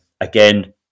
again